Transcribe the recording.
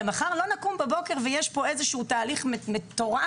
הרי לא נקום מחר בבוקר כשיש פה איזשהו תהליך מטורף.